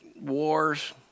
wars